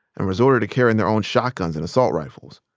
and resorted to carrying their own shotguns and assault rifles,